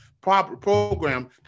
program